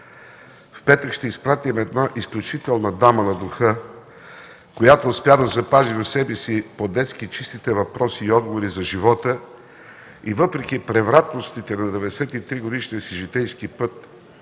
В петък ще изпратим една изключителна Дама на духа, която успя да запази в себе си по детски чистите въпроси и отговори за живота и въпреки превратностите на 93-годишния си житейски път,